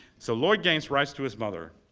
so lloyd gaines writes to his mother,